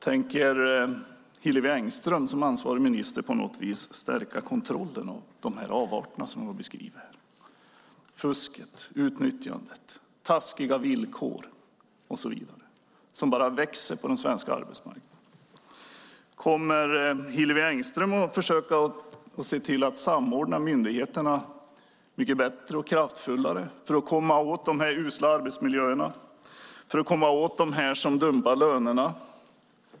Tänker Hillevi Engström som ansvarig minister på något vis stärka kontrollen av de avarter som har beskrivits här - fusket, utnyttjandet, taskiga villkor och så vidare - och som växer på den svenska arbetsmarknaden? Kommer Hillevi Engström att försöka se till att samordna myndigheterna bättre och kraftfullare för att komma åt de här usla arbetsmiljöerna och för att komma åt dem som dumpar lönerna?